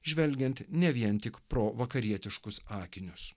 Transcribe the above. žvelgiant ne vien tik pro vakarietiškus akinius